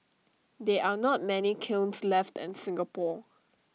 there are not many kilns left in Singapore